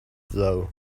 though